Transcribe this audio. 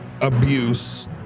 abuse